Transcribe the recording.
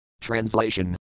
Translation